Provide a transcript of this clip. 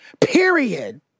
period